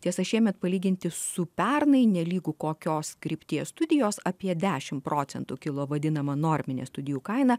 tiesa šiemet palyginti su pernai nelygu kokios krypties studijos apie dešim procentų kilo vadinama norminė studijų kaina